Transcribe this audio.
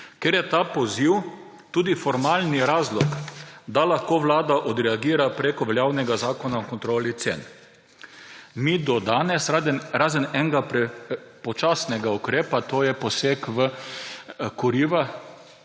Ker je ta poziv tudi formalni razlog, da lahko vlada odreagira preko veljavnega Zakona o kontroli cen. Mi do danes, razen enega počasnega ukrepa, to je poseg v kuriva,